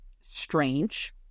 strange